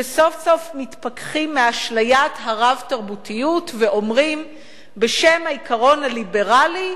שסוף-סוף מתפכחים מאשליית הרב-תרבותיות ואומרים בשם העיקרון הליברלי: